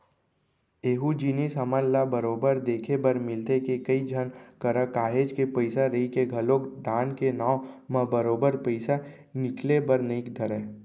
एहूँ जिनिस हमन ल बरोबर देखे बर मिलथे के, कई झन करा काहेच के पइसा रहिके घलोक दान के नांव म बरोबर पइसा निकले बर नइ धरय